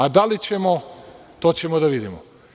A da li ćemo, to ćemo da vidimo.